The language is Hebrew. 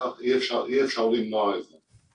ואי אפשר למנוע את זה.